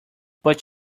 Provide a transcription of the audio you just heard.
but